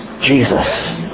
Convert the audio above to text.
Jesus